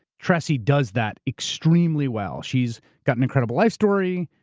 tressie does that extremely well. she's got an incredible life story.